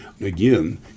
Again